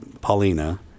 Paulina